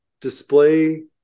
display